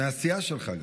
גם מהסיעה שלך.